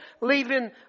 leaving